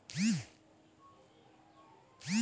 कृषि अर्थशास्त्र के पढ़ाई अबै दुनिया भरि मे होय रहलो छै